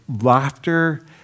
laughter